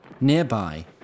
Nearby